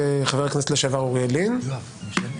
על סמך העילה הזאת של חוסר סבירות, לבחור שופטים.